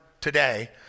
today